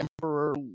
emperor